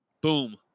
Boom